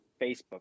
facebook